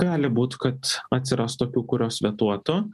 gali būt kad atsiras tokių kurios vetuotų